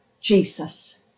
Jesus